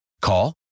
Call